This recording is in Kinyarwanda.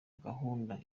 gahunda